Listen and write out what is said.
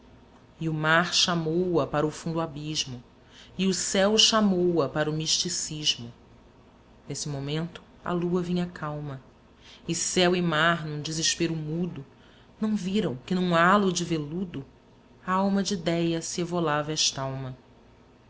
e o mar chamou-a para o fundo abismo e o céu chamou-a para o misticismo nesse momento a lua vinha calma e céu e mar num desespero mudo não viram que num halo de veludo à alma de déa se evolava estalma